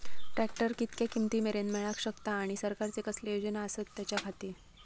Tractor कितक्या किमती मरेन मेळाक शकता आनी सरकारचे कसले योजना आसत त्याच्याखाती?